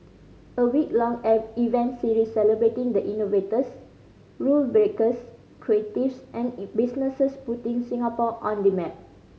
a week long event series celebrating the innovators rule breakers creatives and businesses putting Singapore on the map